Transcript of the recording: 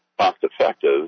cost-effective